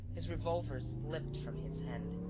his revolver slipped from his hand.